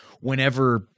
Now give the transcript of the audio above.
whenever